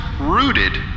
rooted